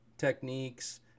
techniques